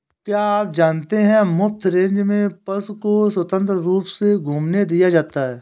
क्या आप जानते है मुफ्त रेंज में पशु को स्वतंत्र रूप से घूमने दिया जाता है?